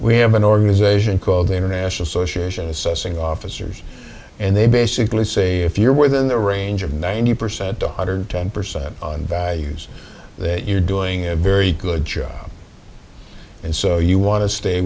we have an organization called the international association assessing officers and they basically say if you're within the range of ninety percent to one hundred ten percent on values that you're doing a very good job and so you want to stay